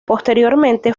posteriormente